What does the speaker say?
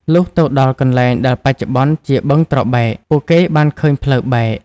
លុះទៅដល់កន្លែងដែលបច្ចុប្បន្នជា បឹងត្របែក ពួកគេបានឃើញផ្លូវបែក។